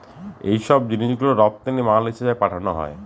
এইসব জিনিস গুলো রপ্তানি মাল হিসেবে পাঠানো হয়